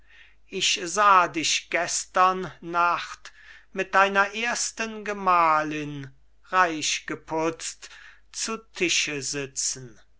ich sah dich gestern nacht mit deiner ersten gemahlin reich geputzt zu tische sitzen